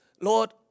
Lord